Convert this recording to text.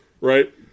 right